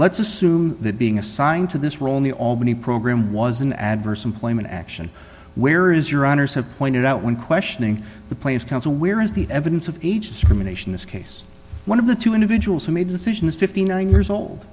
let's assume that being assigned to this role in the albany program was an adverse employment action where is your honour's have pointed out when questioning the players counsel where is the evidence of age discrimination this case one of the two individuals who made decisions fifty nine years old